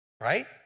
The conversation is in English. right